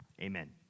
amen